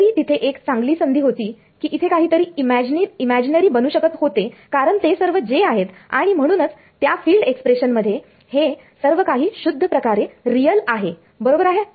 जरी तिथे एक चांगली संधी होती की इथे काहीतरी इमॅजिनरी बनू शकत होते कारण ते सर्व j आहेत आणि म्हणूनच त्या फिल्ड एक्सप्रेशन मध्ये हे सर्वकाही शुद्ध प्रकारे रियल आहे बरोबर आहे